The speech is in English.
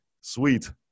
Sweet